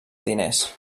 diners